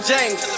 James